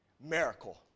Miracle